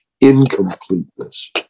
incompleteness